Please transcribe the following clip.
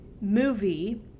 movie